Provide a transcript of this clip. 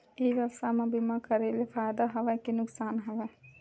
ई व्यवसाय म बीमा करे ले फ़ायदा हवय के नुकसान हवय?